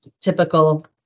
typical